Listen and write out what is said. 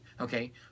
Okay